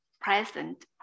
present